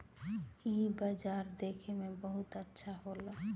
इ बाजार देखे में बहुते अच्छा होला